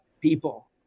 people